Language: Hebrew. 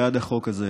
בעד החוק הזה,